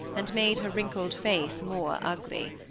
and made her wrinkled face more ugly.